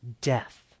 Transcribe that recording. Death